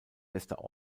bester